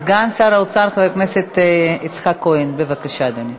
סגן שר האוצר חבר הכנסת יצחק כהן, בבקשה, אדוני.